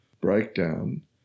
breakdown